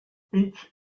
each